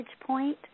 point